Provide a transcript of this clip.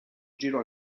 giro